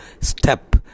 step